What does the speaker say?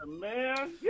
man